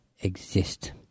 exist